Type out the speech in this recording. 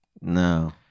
No